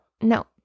no